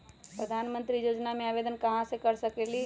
प्रधानमंत्री योजना में आवेदन कहा से कर सकेली?